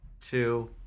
two